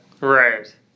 Right